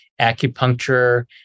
acupuncture